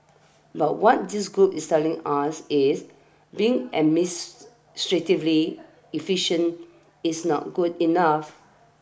but want this group is telling us is being administratively efficient is not good enough